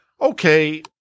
Okay